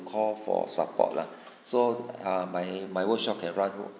call for support lah so err my my workshop can run